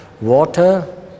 water